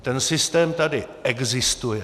Ten systém tady existuje.